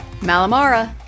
Malamara